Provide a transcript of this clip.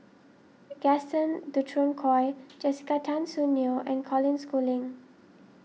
Gaston Dutronquoy Jessica Tan Soon Neo and Colin Schooling